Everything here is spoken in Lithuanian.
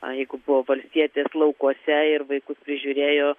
jeigu buvo valstietės laukuose ir vaikus prižiūrėjo